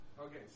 Okay